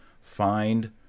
find